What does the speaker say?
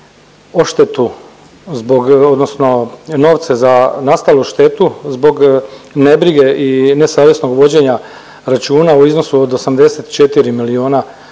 odštetu zbog odnosno novce za nastalu štetu zbog nebrige i nesavjesnog vođenja računa u iznosu od 84 miliona